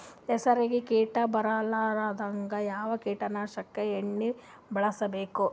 ಹೆಸರಿಗಿ ಕೀಟ ಬರಲಾರದಂಗ ಯಾವ ಕೀಟನಾಶಕ ಎಣ್ಣಿಬಳಸಬೇಕು?